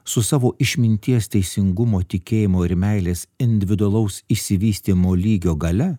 su savo išminties teisingumo tikėjimo ir meilės individualaus išsivystymo lygio galia